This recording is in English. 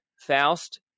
Faust